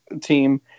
team